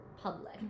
public